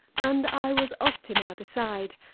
and i was ottima beside.